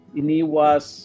iniwas